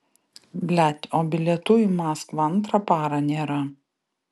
blet o bilietų į maskvą antrą parą nėra